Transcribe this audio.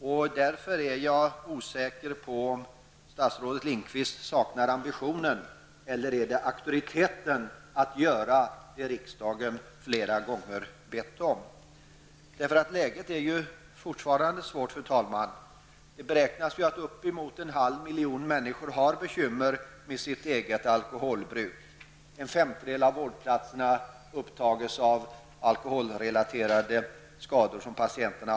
Jag är därför osäker på om statsrådet Lindqvist saknar ambitionen eller auktoriteten att göra det riksdagen flera gånger har bett om. Läget är fortfarande svårt, fru talman. Det beräknas att upp emot 0,5 miljoner människor har bekymmer med sitt eget alkoholbruk. En femtedel av vårdplatserna upptas av alkoholrelaterade skador hos patienterna.